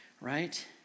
right